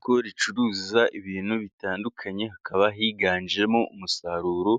Isokoo ricuruza ibintu bitandukanye hakaba higanjemo umusaruro